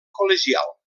col·legial